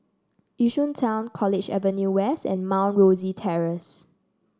Yishun Town College Avenue West and Mount Rosie Terrace